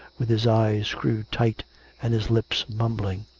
with his eyes screwed tight and his lips mumbling.